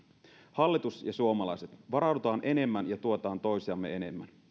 hallitus ja suomalaiset varaudutaan enemmän ja tuetaan toisiamme enemmän